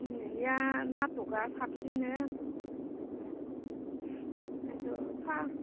दिनैनिया नाटकआ साबसिननो ओं ओंखायन्थ'